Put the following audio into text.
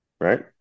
Right